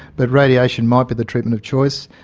but radiation might be the treatment of choice.